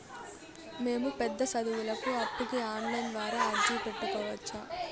మేము పెద్ద సదువులకు అప్పుకి ఆన్లైన్ ద్వారా అర్జీ పెట్టుకోవచ్చా?